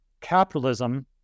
capitalism